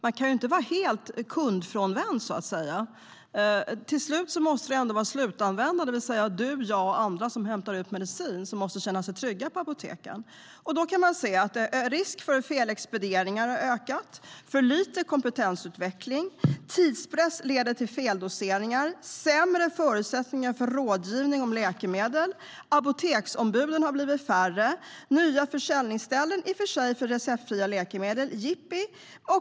Man kan inte vara helt kundfrånvänd. Till slut måste ändå slutanvändarna - det vill säga du, jag och andra som hämtar ut medicin - känna sig trygga på apoteken. Då kan man se att risken för felexpedieringar har ökat. Det är för lite kompetensutveckling. Tidspress leder till feldoseringar. Det är sämre förutsättningar för rådgivning om läkemedel. Apoteksombuden har blivit färre. Nya försäljningsställen för receptfria läkemedel har i och för sig kommit - yippee!